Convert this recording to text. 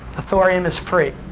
the thorium is free.